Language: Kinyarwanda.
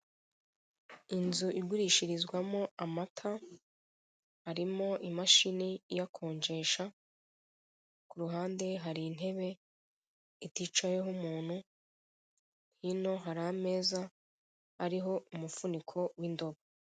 Inzu igurishirizwamo amata. Harimo imashini iyakonjesha, ku ruhande hari intebe iticayeho umuntu, hino hari ameza ariho umufuniko w'indobo.